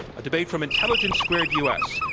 a debate from intelligence squared u. s.